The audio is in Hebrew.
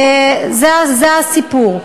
זה הסיפור.